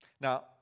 Now